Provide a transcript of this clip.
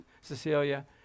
Cecilia